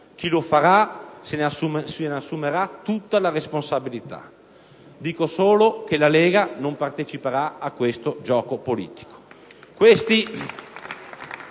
Chi lo farà se ne assumerà tutta la responsabilità; dico solo che la Lega non parteciperà a questo gioco politico.